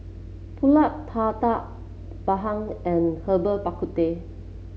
pulut tatal bandung and Herbal Bak Ku Teh